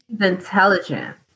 intelligent